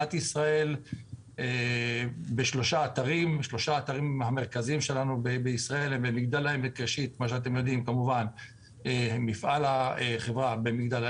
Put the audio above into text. במדינת ישראל בשלושה אתרים מרכזיים במגדל העמק שם נמצא מפעל החברה,